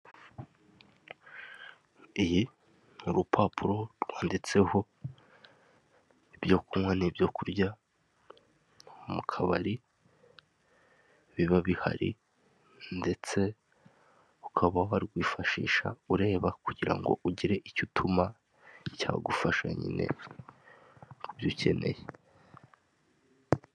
Iyi ni urupapuro rwanditseho ibyo kunywa no kurya mu kabari biba bihari ndetse ukaba warwifashisha ureba kugira ngo ugire icyo utuma cyagufasha nyine mu byo ukeneye.